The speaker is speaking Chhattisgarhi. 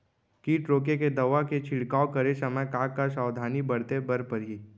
किट रोके के दवा के छिड़काव करे समय, का का सावधानी बरते बर परही?